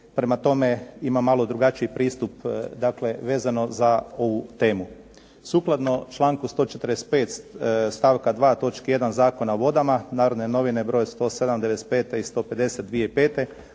Prema tome, ima malo drugačiji pristup, dakle vezano za ovu temu. Sukladno članku 145. stavka 2. točke 1. Zakona o vodama, "Narodne novine" br. 107/95 i 150/05